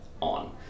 on